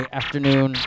afternoon